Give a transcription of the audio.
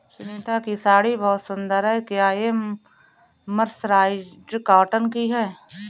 सुनीता की साड़ी बहुत सुंदर है, क्या ये मर्सराइज्ड कॉटन की है?